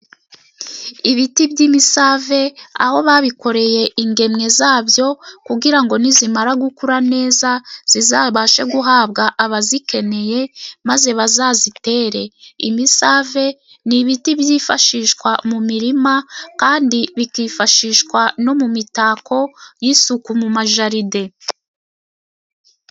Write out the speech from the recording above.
Ibiti by'imisave aho babikoreye ingemwe zabyo, kugira ngo nizimara gukura neza zizabashe guhabwa abazikeneye maze bazazitere. Imisave ni ibiti byifashishwa mu mirima, kandi bikifashishwa no mu mitako y'isuku mu majaride.